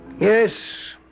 Yes